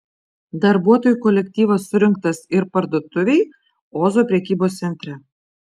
darbuotojų kolektyvas surinktas ir parduotuvei ozo prekybos centre